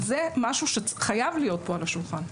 זה משהו שחייב להיות פה על השולחן.